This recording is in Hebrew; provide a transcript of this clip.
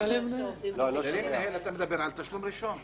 בכללי מנהל אתה מדבר על תשלום ראשון.